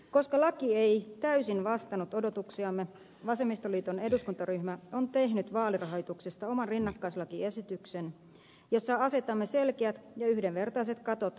koska laki ei täysin vastannut odotuksiamme vasemmistoliiton eduskuntaryhmä on tehnyt vaalirahoituksesta oman rinnakkaislakiesityksensä jossa asetamme selkeät ja yhdenvertaiset katot ehdokkaitten vaalikampanjoille